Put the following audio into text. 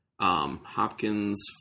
Hopkins